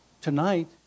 Tonight